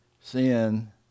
sin